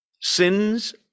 sins